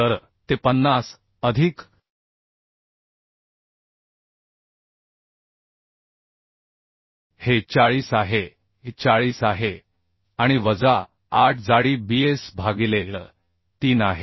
तर ते 50 अधिक हे 40 आहे हे 40 आहे आणि वजा 8 जाडी Bs भागिले L3 आहे